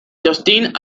justine